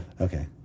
Okay